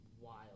Wild